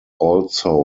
also